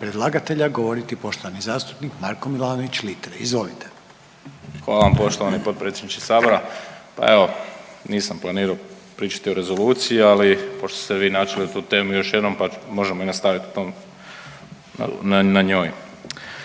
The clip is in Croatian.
predlagatelja govoriti poštovani zastupnik Marko Milanović Litre. Izvolite. **Milanović Litre, Marko (Hrvatski suverenisti)** Hvala vam poštovani potpredsjedniče Sabora. Evo nisam planirao pričati o rezoluciji, ali pošto ste vi načeli tu temu još jednom pa možemo i nastaviti u tom,